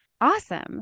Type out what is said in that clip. Awesome